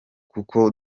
kuko